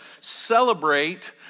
celebrate